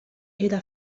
era